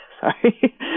sorry